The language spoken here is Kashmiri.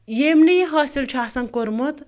ییٚمۍ نہٕ یہِ حٲصِل چھُ آسان کوٚرمُت